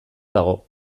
dago